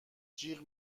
جیغ